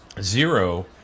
zero